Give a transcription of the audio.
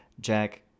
Jack